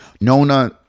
Nona